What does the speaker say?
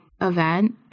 event